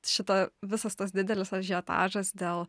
šita visas tas didelis ažiotažas dėl